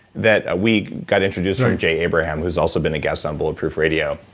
that we got introduced from jay abraham, who's also been a guest on bulletproof radio,